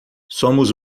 somos